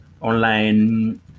online